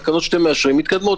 תקנות שאתם מאשרים - מתקדמות.